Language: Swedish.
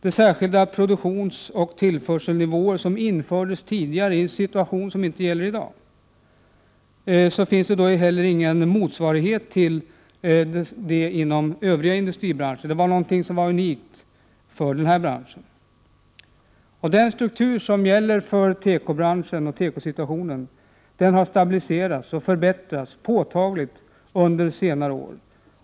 De särskilda produktionsoch tillförselnivåer som infördes tidigare, i en situation som inte gäller i dag, finns det heller ingen motsvarighet till inom övriga industribranscher. Det var någonting unikt för den här branschen. Tekobranschens struktur har stabiliserats och påtagligt förbättrats under senare år.